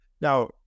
Now